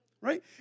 Right